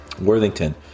Worthington